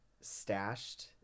stashed